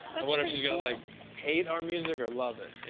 i wonder if she's going to like hate our music or love it.